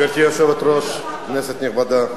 גברתי היושבת-ראש, כנסת נכבדה,